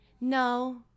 No